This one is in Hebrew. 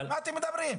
על מה אתם מדברים?